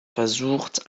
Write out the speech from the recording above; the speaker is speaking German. versucht